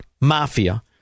mafia